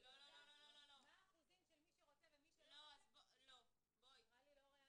מה האחוזים של מי שרוצה או לא רוצה נראה לי לא ריאלי.